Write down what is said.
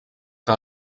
que